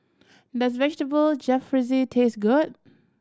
does Vegetable Jalfrezi taste good